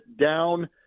down –